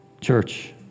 Church